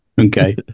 okay